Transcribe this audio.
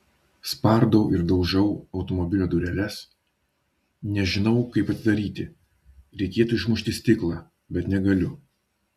spardau ir daužau automobilio dureles nežinau kaip atidaryti reikėtų išmušti stiklą bet negaliu